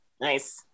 Nice